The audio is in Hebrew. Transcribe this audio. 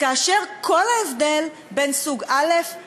כאשר כל ההבדל בין סוג א' לב'